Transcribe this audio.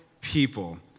People